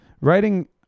Writing